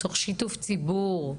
תוך שיתוף ציבור.